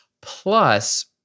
Plus